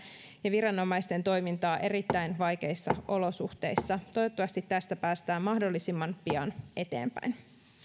ja viranomaisten toimintaa erittäin vaikeissa olosuhteissa toivottavasti tästä päästään mahdollisimman pian eteenpäin